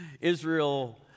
israel